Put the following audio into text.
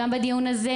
גם בדיון הזה,